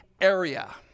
area